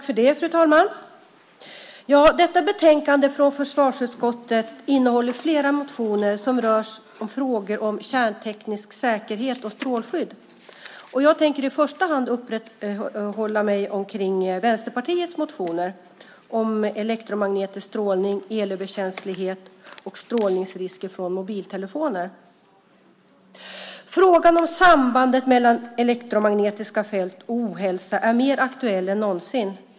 Fru talman! Detta betänkande från försvarsutskottet innehåller flera motioner som rör frågor om kärnteknisk säkerhet och strålskydd. Jag tänker i första hand uppehålla mig vid Vänsterpartiets motioner om elektromagnetisk strålning, elöverkänslighet och strålningsrisker från mobiltelefoner. Frågan om sambandet mellan elektromagnetiska fält och ohälsa är mer aktuell än någonsin.